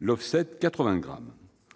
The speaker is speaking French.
l'80 grammes.